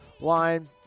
line